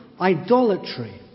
idolatry